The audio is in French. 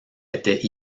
étaient